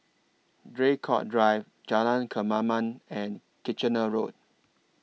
Draycott Drive Jalan Kemaman and Kitchener Road